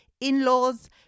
in-laws